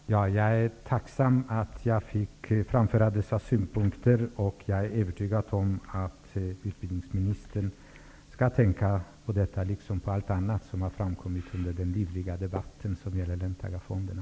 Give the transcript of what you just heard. Herr talman! Jag är tacksam för att jag fick framföra dessa synpunkter. Jag är övertygad om att utbildningsministern kommer att tänka på detta, liksom på allt annat som har framkommit under den livliga debatten om löntagarfonderna.